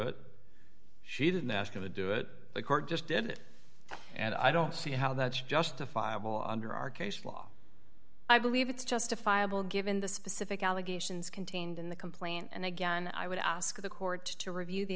it she didn't ask you to do it the court just did and i don't see how that's justifiable under our case law i believe it's justifiable given the specific allegations contained in the complaint and again i would ask the court to review the